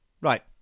Right